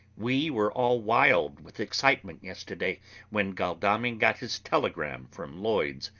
we were all wild with excitement yesterday when godalming got his telegram from lloyd's.